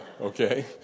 okay